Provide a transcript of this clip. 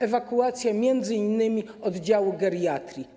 Ewakuacja m.in. oddziału geriatrii.